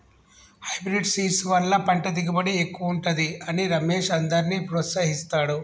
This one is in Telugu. హైబ్రిడ్ సీడ్స్ వల్ల పంట దిగుబడి ఎక్కువుంటది అని రమేష్ అందర్నీ ప్రోత్సహిస్తాడు